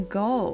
go